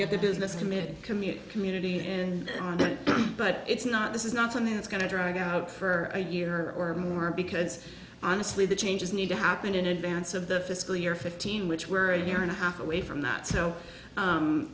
get the business committed community community and but it's not this is not something that's going to drag out for a year or more because honestly the changes need to happen in advance of the fiscal year fifteen which we're a year and a half away from that so